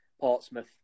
Portsmouth